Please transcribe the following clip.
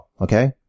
okay